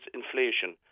inflation